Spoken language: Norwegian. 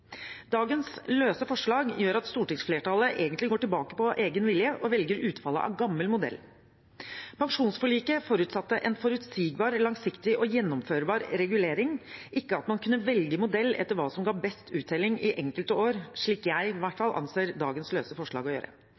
Dagens løse forslag gjør at stortingsflertallet egentlig går tilbake på egen vilje og velger utfallet av gammel modell. Pensjonsforliket forutsatte en forutsigbar, langsiktig og gjennomførbar regulering, ikke at man kunne velge modell etter hva som ga best uttelling i enkelte år, slik i hvert fall jeg anser at dagens løse forslag